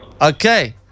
Okay